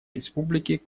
республики